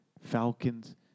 Falcons